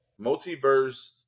multiverse